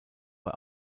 bei